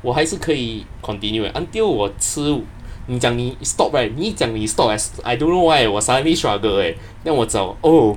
我还是可以 continued eh until 我吃你讲你 stop right 你一讲你 stop I don't know why 我 suddenly struggle eh then 我找 oo